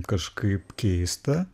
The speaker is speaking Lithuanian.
kažkaip keista